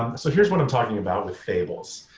um so here's what i'm talking about with fables.